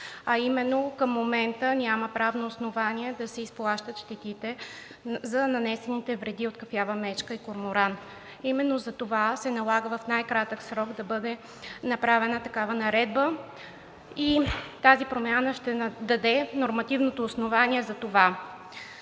а именно: към момента няма правно основание да се изплащат щетите за нанесените вреди от кафява мечка и корморан. Именно затова се налага в най-кратък срок да бъде направена такава наредба и тази промяна ще даде нормативното основание за това.